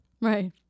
Right